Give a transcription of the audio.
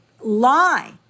lie